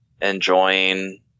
enjoying